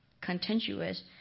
contentious